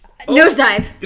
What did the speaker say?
Nosedive